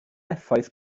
effaith